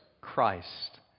Christ